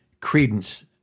Credence